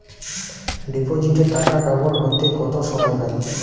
ডিপোজিটে টাকা ডবল হতে কত সময় লাগে?